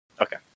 Okay